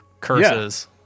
curses